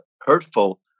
hurtful